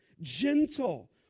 gentle